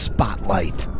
Spotlight